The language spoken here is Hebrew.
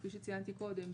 כפי שציינתי קודם,